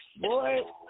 Boy